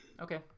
Okay